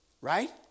Right